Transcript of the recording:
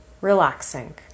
relaxing